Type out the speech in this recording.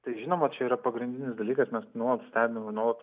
tai žinoma čia yra pagrindinis dalykas mes nuolat stebim nuolat